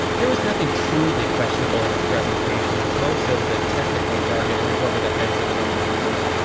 there was nothing truly questionable in its presentation, as most of the technical jargon went over the heads of younger viewers.